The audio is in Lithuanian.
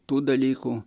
tų dalykų